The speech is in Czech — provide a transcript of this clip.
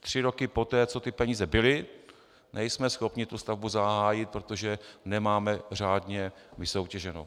Tři roky poté, co ty peníze byly, nejsme schopni tu stavbu zahájit, protože nemáme řádně vysoutěženo.